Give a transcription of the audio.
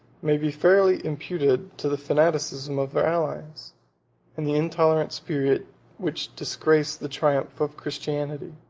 may be fairly imputed to the fanaticism of their allies and the intolerant spirit which disgraced the triumph of christianity,